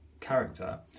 character